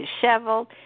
disheveled